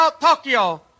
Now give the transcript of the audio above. Tokyo